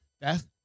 Beth